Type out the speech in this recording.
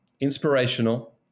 inspirational